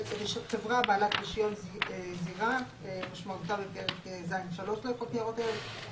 חברה בעלת רישיון זירה כמשמעותה בפרק ז'3 לחוק ניירות ערך,